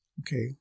okay